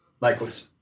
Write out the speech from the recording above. Likewise